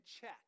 check